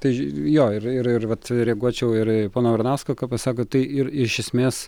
tai jo ir ir vat reaguočiau ir pono varanausko ką pasako tai ir iš esmės